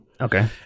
Okay